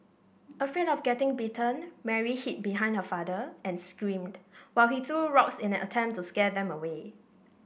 afraid of getting bitten Mary hid behind her father and screamed while he threw rocks in an attempt to scare them away